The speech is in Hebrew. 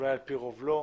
ואולי על פי רוב לא.